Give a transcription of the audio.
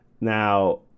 Now